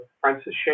Francis